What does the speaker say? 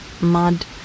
mud